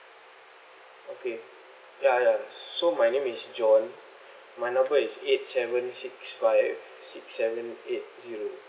okay ya ya so my name is john my number is eight seven six five six seven eight zero